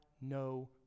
no